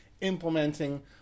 implementing